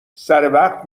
سروقت